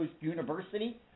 University